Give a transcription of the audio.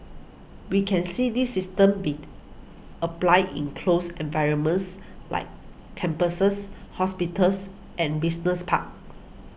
we can see these systems be applied in closed environments like campuses hospitals and business parks